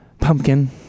pumpkin